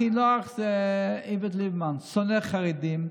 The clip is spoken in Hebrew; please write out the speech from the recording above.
הכי נוח זה איווט ליברמן: שונא חרדים,